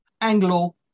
Anglo